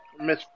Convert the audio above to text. miss